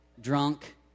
drunk